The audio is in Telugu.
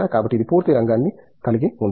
కాబట్టి ఇది పూర్తి రంగాన్ని కలిగి ఉంది